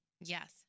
Yes